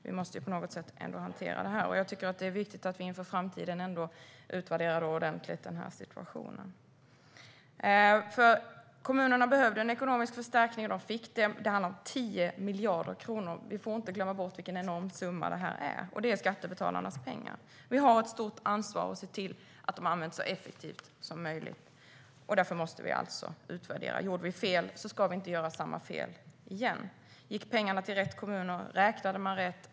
Vi måste på något sätt ändå hantera detta, och jag tycker att det är viktigt att vi inför framtiden utvärderar situationen ordentligt. Kommunerna behövde en ekonomisk förstärkning, och de fick det. Det handlar om 10 miljarder kronor. Vi får inte glömma bort vilken enorm summa detta är, och det är skattebetalarnas pengar. Vi har ett stort ansvar för att se till att de används så effektivt som möjligt. Därför måste vi utvärdera. Om vi gjorde fel ska vi inte göra samma fel igen. Gick pengarna till rätt kommuner? Räknade man rätt?